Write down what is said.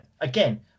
Again